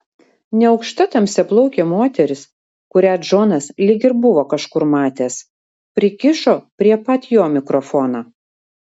neaukšta tamsiaplaukė moteris kurią džonas lyg ir buvo kažkur matęs prikišo prie pat jo mikrofoną